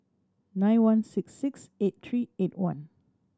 nine one six six eight three eight one